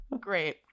Great